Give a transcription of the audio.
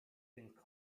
things